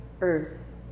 earth